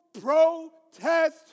protest